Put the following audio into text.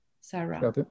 Sarah